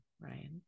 Ryan